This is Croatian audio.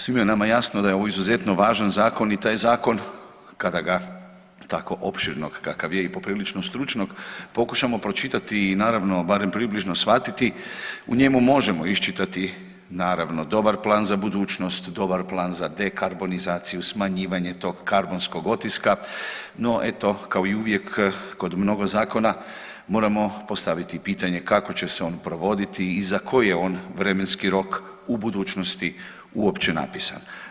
Svima nama je jasno da je ovo izuzetno važan zakon i taj zakon kada ga tako opširnog kakav je i poprilično stručnog pokušamo pročitati i naravno barem približno shvatiti u njemu možemo iščitati dobar plan za budućnost, dobar plan za dekarbonizaciju, smanjivanje tog karbonskog otiska, no eto kao i uvijek kod mnogo zakona moramo postaviti pitanje kako će se on provoditi i za koji je on vremenski rok u budućnosti uopće napisan.